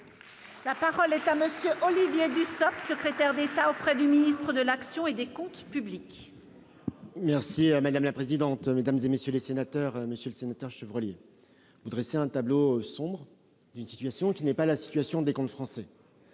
La parole est à monsieur Olivier Dussopt, secrétaire d'État auprès du ministre de l'action et des coûts qui publie. Merci à Madame la Présidente, Mesdames et messieurs les sénateurs, Monsieur le Sénateur, Chevrolet, vous dressez un tableau sombre. Une situation qui n'est pas la situation des comptes français